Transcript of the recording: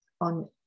on